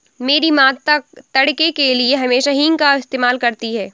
मेरी मां तड़के के लिए हमेशा हींग का इस्तेमाल करती हैं